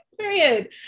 period